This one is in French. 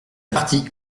partie